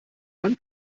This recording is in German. man